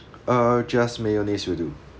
uh just mayonnaise will do